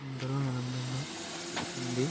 అందరం ఆనందంగా ఉండి